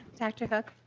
dr. hook.